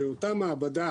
שאותה מעבדה